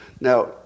Now